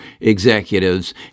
executives